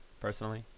personally